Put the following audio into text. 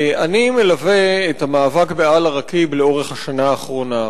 אני מלווה את המאבק באל-עראקיב לאורך השנה האחרונה.